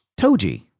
Toji